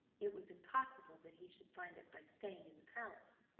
it was impossible that he should find it by staying in the palace.